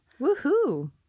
Woohoo